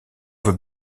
veut